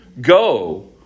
Go